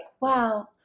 wow